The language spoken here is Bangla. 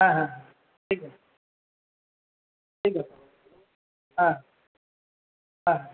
হ্যাঁ হ্যাঁ হ্যাঁ ঠিক আছে ঠিক আছে হ্যাঁ হ্যাঁ